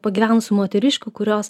pagyvenusių moteriškių kurios